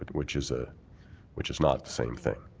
but which is ah which is not the same thing.